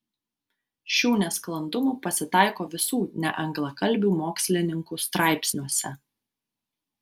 šių nesklandumų pasitaiko visų neanglakalbių mokslininkų straipsniuose